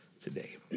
today